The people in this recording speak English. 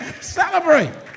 celebrate